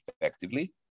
effectively